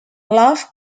lough